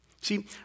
See